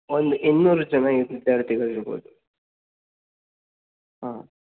ಒಂದು ಇನ್ನೂರು ಜನ ವಿದ್ಯಾರ್ಥಿಗಳು ಇರ್ಬೋದು ಆಂ